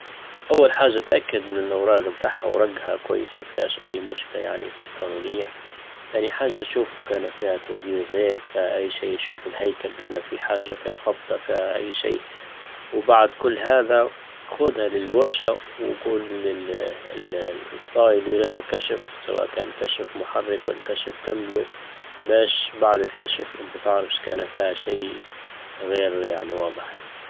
اول حاجة اتأكد من الاوراج بتاعها ورجها كويس ما فيهاش اي مشكلة يعني قانونية تاني حاجة شوف كان فيها تودير زيت فيها اي شيء يشوف الهيكل كان فيها حاجة فيها خبطة فيها اي شيء وبعد كل هذا خودها للورشة وقول للـ- الاسطا يديرلها كشف سواء كان كشف محرك ولا كشف كامبيو باش بعد الكشف انت تعرف اذا كان فيها شيء غير يعني واضح